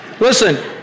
Listen